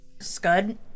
Scud